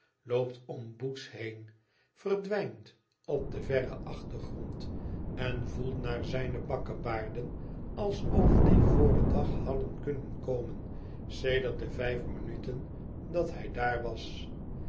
loopt om boots heen verdwijnt op den verren achtergrond en voelt naar zijne bakkebaarden alsof die voor den dag hadden kunnen komen sedert de vijf minuten dat hij daar was